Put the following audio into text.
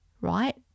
right